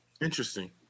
Interesting